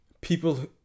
people